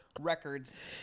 records